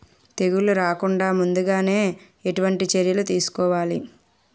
తెగుళ్ల రాకుండ ముందుగానే ఎటువంటి చర్యలు తీసుకోవాలి?